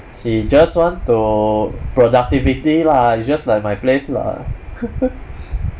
he just want to productivity lah it's just like my place lah